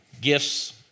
Gifts